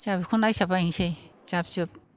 जाहा बेखौ नायसाब बायनोसै जा जुब